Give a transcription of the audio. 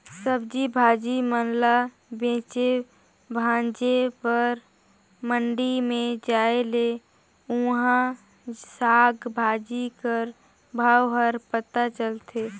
सब्जी भाजी मन ल बेचे भांजे बर मंडी में जाए ले उहां साग भाजी कर भाव हर पता चलथे